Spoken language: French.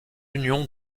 union